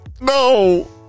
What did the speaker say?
no